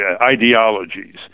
ideologies